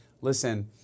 listen